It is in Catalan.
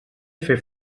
fer